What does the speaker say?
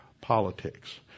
politics